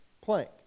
plank